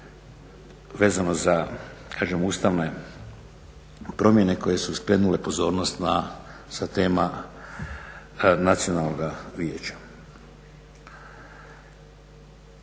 vezano za kažem ustavne promjene koje su skrenule pozornost na sa tema Nacionalnoga vijeća.